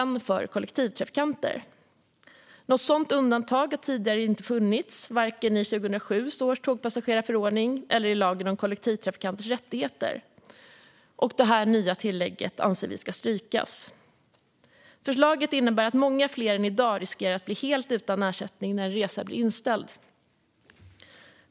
Något sådant undantag har tidigare inte funnits vare sig i 2007 års tågpassagerarförordning eller i lagen om kollektivtrafikanters rättigheter, och vi anser att detta nya tillägg ska strykas. Förslaget innebär att många fler än i dag riskerar att bli helt utan ersättning när en resa blir inställd.